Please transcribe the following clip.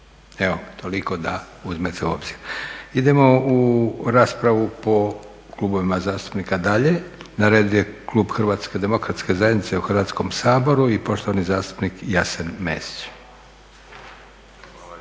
Evo, toliko da uzmete u obzir. Idemo u raspravu po klubovima zastupnika dalje. Na redu je klub HDZ-a u Hrvatskom saboru i poštovani zastupnik Jasen Mesić.